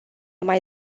mai